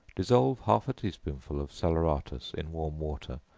dissolve half a tea-spoonful of salaeratus in warm water,